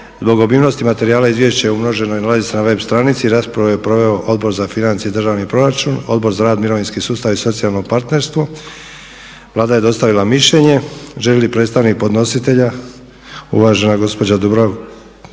Zbog obilnosti materijali se nalaze na web stranici. Raspravu je proveo Odbor za financije i državni proračun, Odbor za rad, mirovinski sustav i socijalno partnerstvo. Vlada je dostavila mišljenje. Predstavnik podnositelja uvažena gospođa Eva